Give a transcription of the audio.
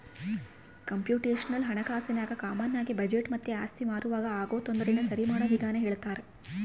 computational ಹಣಕಾಸಿನಾಗ ಕಾಮಾನಾಗಿ budget ಮತ್ತೆ ಆಸ್ತಿ ಮಾರುವಾಗ ಆಗೋ ತೊಂದರೆನ ಸರಿಮಾಡೋ ವಿಧಾನ ಹೇಳ್ತರ